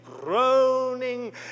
groaning